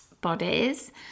bodies